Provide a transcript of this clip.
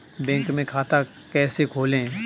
Bank में खाता कैसे खोलें?